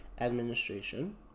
administration